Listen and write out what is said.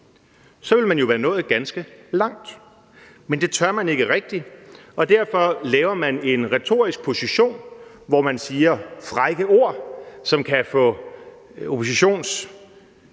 Så ville man jo være nået ganske langt. Men det tør man ikke rigtig, og derfor antager man en retorisk position, hvor man siger frække ord, som kan få det oppositionsledende